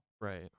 Right